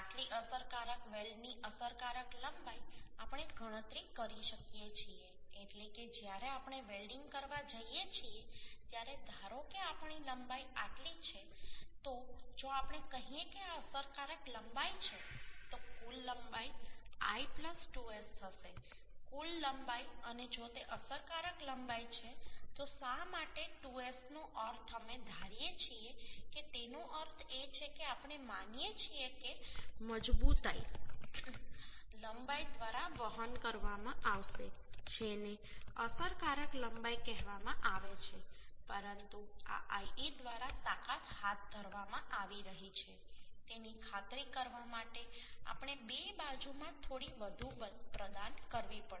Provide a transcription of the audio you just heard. આટલી અસરકારક વેલ્ડની અસરકારક લંબાઈ આપણે ગણતરી કરી શકીએ છીએ એટલે કે જ્યારે આપણે વેલ્ડીંગ કરવા જઈએ છીએ ત્યારે ધારો કે આપણી લંબાઈ આટલી છે તો જો આપણે કહીએ કે આ અસરકારક લંબાઈ છે તો કુલ લંબાઈ l 2S થશે કુલ લંબાઈ અને જો તે અસરકારક લંબાઈ છે તો શા માટે 2S નો અર્થ અમે ધારીએ છીએ કે તેનો અર્થ એ છે કે આપણે માનીએ છીએ કે મજબૂતાઈ લંબાઈ દ્વારા વહન કરવામાં આવશે જેને અસરકારક લંબાઈ કહેવામાં આવે છે પરંતુ આ le દ્વારા તાકાત હાથ ધરવામાં આવી રહી છે તેની ખાતરી કરવા માટે આપણે 2 બાજુમાં થોડી વધુ પ્રદાન કરવી પડશે